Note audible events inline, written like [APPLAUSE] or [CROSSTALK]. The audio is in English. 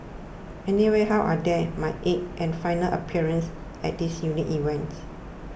anyway how are [UNINTELLIGIBLE] my eighth and final appearance at this unique event